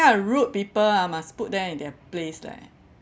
of rude people ah must put them in their place leh